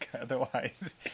Otherwise